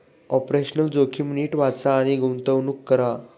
operational जोखीम नीट वाचा आणि गुंतवणूक करा